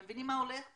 אתם מבינים מה הולך פה,